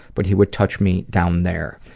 but he would touch me down there.